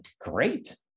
great